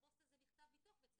הפוסט הזה נכתב מתוך בית ספר,